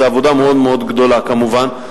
זו עבודה מאוד מאוד גדולה, כמובן.